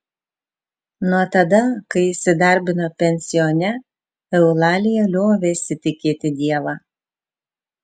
nuo tada kai įsidarbino pensione eulalija liovėsi tikėti dievą